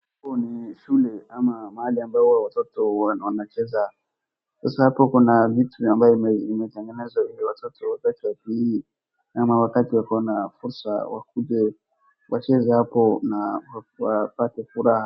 Huu ni shule ama mahali ambao huwa watoto wanacheza. Sasa hapo kuna vitu ambayo imetengenezwa ili watoto wakati wa PE ama wakati wako na fursa wakuje wacheze hapo na wapate furaha.